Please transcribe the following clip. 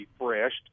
refreshed